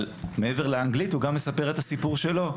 אבל מעבר לאנגלית הוא גם מספר את הסיפור שלו,